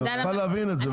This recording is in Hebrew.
את צריכה להבין את זה.